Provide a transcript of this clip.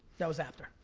that was after?